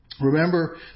Remember